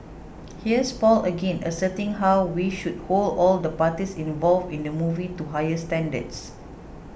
here's Paul again asserting how we should hold all the parties involved in the movie to higher standards